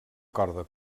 corda